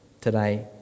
today